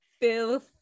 filth